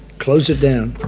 close it down.